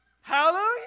Hallelujah